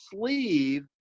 sleeve